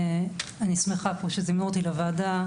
אני שמחה פה שזימנו אותי לוועדה,